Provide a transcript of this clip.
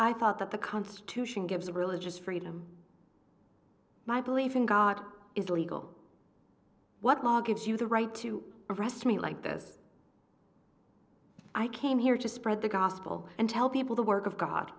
i thought that the constitution gives religious freedom my belief in god is legal what law gives you the right to arrest me like this i came here to spread the gospel and tell people the work